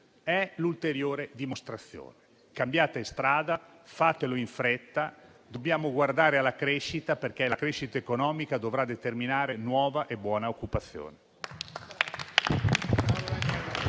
è l'ulteriore dimostrazione. Cambiate strada e fatelo in fretta; dobbiamo guardare alla crescita, perché la crescita economica dovrà determinare nuova e buona occupazione.